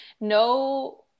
no